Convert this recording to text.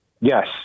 Yes